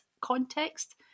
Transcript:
context